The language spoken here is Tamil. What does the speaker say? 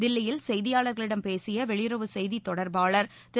தில்லியில் செய்தியாளர்களிடம் பேசிய வெளியுறவு செய்தித் தொடர்பாளர் திரு